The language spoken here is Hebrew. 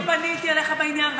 אני פניתי אליך בעניין,